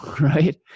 right